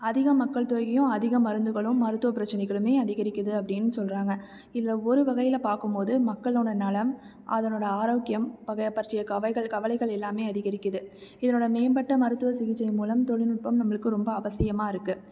அதிக மக்கள் தொகையும் அதிக மருந்துகளும் மருத்துவ பிரச்சனைகளுமே அதிகரிக்குது அப்படின்னு சொல்கிறாங்க இதில் ஒரு வகையில் பார்க்கும் போது மக்களோடய நலம் அதனோடய ஆரோக்கியம் பகை பற்றிய கவைகள் கவலைகள் எல்லாமே அதிகரிக்குது இதனோடய மேம்பட்ட மருத்துவ சிகிச்சை மூலம் தொழில்நுட்பம் நம்மளுக்கு ரொம்ப அவசியமாக இருக்குது